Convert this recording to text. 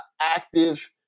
active